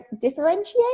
differentiate